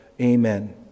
amen